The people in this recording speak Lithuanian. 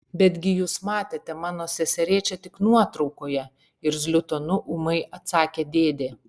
betgi jūs matėte mano seserėčią tik nuotraukoje irzliu tonu ūmai atsakė dėdė